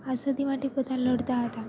આઝાદી માટે બધાં લડતાં હતાં